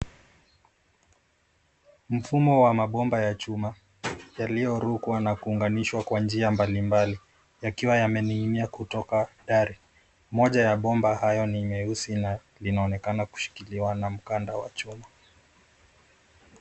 Mfumo wa mabomba ya chuma yaliyorukwa na kuunganishwa kwa njia mbalimbali yakiwa yamening'inia kutoka dari. Moja ya bomba hayo ni meusi na linaonekana kushikiliwa na mkanda wa chuma.